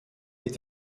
est